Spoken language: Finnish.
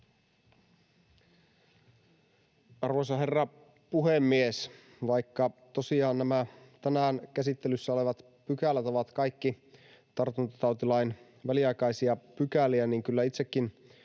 Arvoisa herra puhemies! Vaikka tosiaan nämä tänään käsittelyssä olevat pykälät ovat kaikki tartuntatautilain väliaikaisia pykäliä, kyllä itsekin